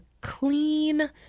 clean